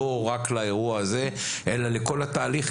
לא רק לאירוע הזה אלא לכל התהליך,